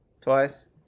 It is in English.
Twice